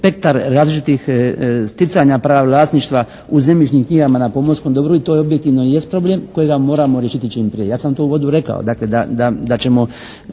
spektar različitih sticanja prava vlasništva u zemljišnim knjigama na pomorskom dobru i to objektivno jest problem kojega moramo riješiti čim prije. Ja sam to u uvodu rekao, dakle da ćemo